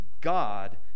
God